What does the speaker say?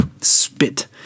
spit